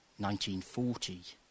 1940